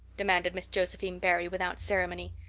demanded miss josephine barry, without ceremony.